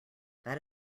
that